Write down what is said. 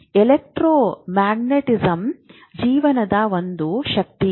electro magnetism ಜೀವನದ ಒಂದು ಶಕ್ತಿಯಲ್ಲಿ